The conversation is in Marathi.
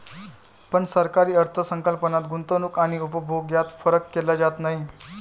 पण सरकारी अर्थ संकल्पात गुंतवणूक आणि उपभोग यात फरक केला जात नाही